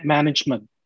Management